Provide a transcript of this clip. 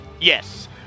Yes